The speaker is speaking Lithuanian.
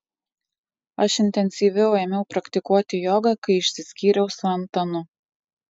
aš intensyviau ėmiau praktikuoti jogą kai išsiskyriau su antanu